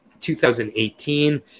2018